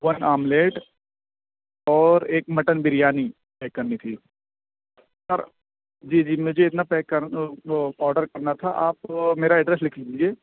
one omelette اور ایک mutton biryani pack کرنی تھی سر جی جی مجھے اتنا پیک کر وہ آڈر کرنا تھا آپ میرا ایڈریس لکھ لیجیے